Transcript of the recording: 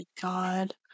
god